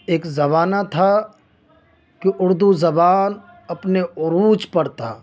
ایک زمانہ تھا کہ اردو زبان اپنے عروج پر تھا